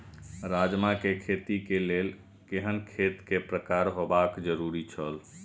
राजमा के खेती के लेल केहेन खेत केय प्रकार होबाक जरुरी छल?